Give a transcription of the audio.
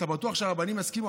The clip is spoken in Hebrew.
אתה בטוח שהרבנים יסכימו?